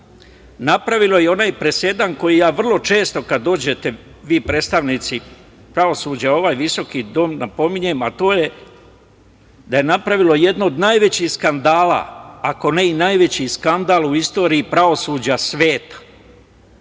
napravilo onaj presedan koji ja vrlo često kada vi dođete predstavnici pravosuđa u ovaj visoki dom, napominjem a to je da je napravilo jedan od najvećih skandala, ako ne i najveći skandal u istoriji pravosuđa sveta,